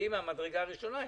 חברתיים מהמדרגה הראשונה.